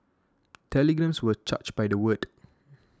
telegrams were charged by the word